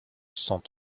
cent